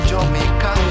Jamaica